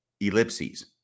ellipses